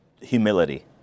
humility